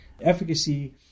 efficacy